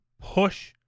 push